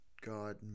God